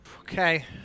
Okay